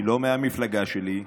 היא לא מהמפלגה שלי,